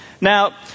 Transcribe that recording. Now